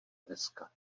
deska